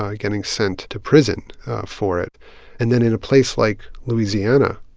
ah getting sent to prison for it and then in a place like louisiana,